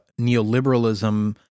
neoliberalism